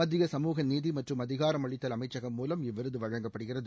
மத்திய சமூக நீதி மற்றும் அதிகாரமளித்தல் அமைச்சகம் மூலம் இவ்விருது வழங்கப்படுகிறது